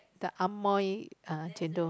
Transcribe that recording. the Amoy chendol